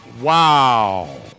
wow